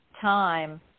time